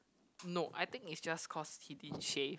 no I think is just cause he didn't shave